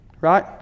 Right